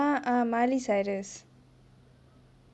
ah ah mylie cyrus